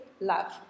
love